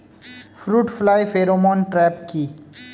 Fruit fly pheromone trap কি?